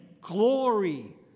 glory